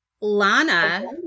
lana